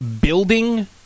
building